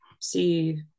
see